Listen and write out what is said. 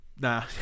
Nah